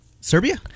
Serbia